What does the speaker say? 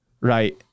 right